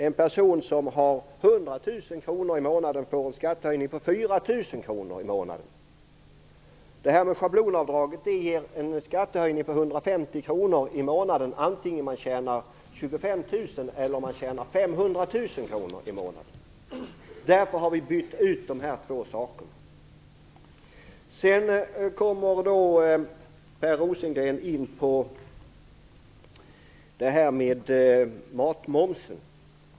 En person som har 100 000 kr i månaden får en skattehöjning på 4 000 kr i månaden. Om man tar bort schablonavdraget ger det en skattehöjning på 150 kr i månaden antingen man tjänar 25 000 kr eller 500 000 kr i månaden. Därför har vi bytt ut dessa två saker. Sedan kommer Per Rosengren in på frågan om matmomsen.